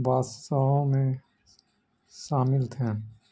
بادساہؤوں میں شامل تھ ہیں